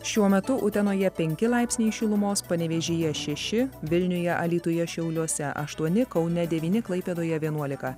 šiuo metu utenoje penki laipsniai šilumos panevėžyje šeši vilniuje alytuje šiauliuose aštuoni kaune devyni klaipėdoje vienuolika